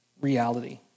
reality